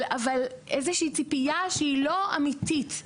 אבל איזה שהיא ציפייה שהיא לא אמיתית.